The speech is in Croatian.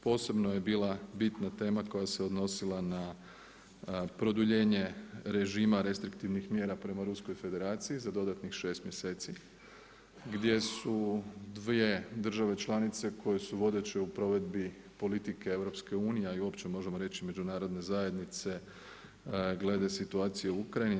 Posebno je bila bitna tema koja se odnosila na produljenje režima restriktivnih mjera prema Ruskoj federaciji za dodatnih šest mjeseci, gdje su dvije države članice koje su vodeće u provedbi politike EU, a i uopće možemo reći Međunarodne zajednice glede situacije u Ukrajini.